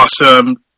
awesome